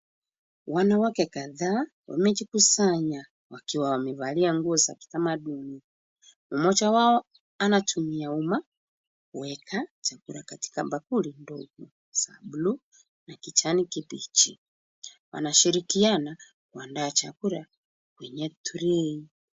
Wanaweza kadhaa wamejikusanya wakiwa wamevalia nguo za kitamaduni, mmoja wao anatumia umma kuweka chakula katika bakuli ndogo za buluu na kijani kibichi wanashirikiana kuandaa chakula yenye utulivu.